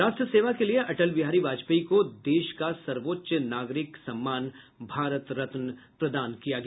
राष्ट्र सेवा के लिये अटल बिहारी वाजपेयी को देश का सर्वोच्च नागरिक सम्मान भारत रत्न प्रदान किया गया